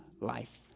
life